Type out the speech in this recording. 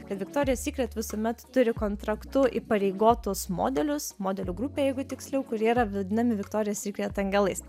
kad viktorija sykret visuomet turi kontraktu įpareigotus modelius modelių grupę jeigu tiksliau kurie yra vadinami viktorijos sykret angelais